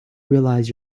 realize